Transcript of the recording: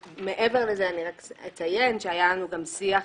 מעבר לזה אני רק אציין שהיה לנו גם שיח